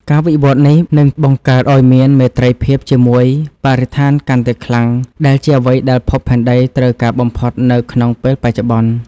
ការវិវត្តនេះនឹងបង្កើតឱ្យមានមេត្រីភាពជាមួយបរិស្ថានកាន់តែខ្លាំង ដែលជាអ្វីដែលភពផែនដីត្រូវការបំផុតនៅក្នុងពេលបច្ចុប្បន្ន។